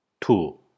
Two